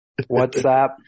WhatsApp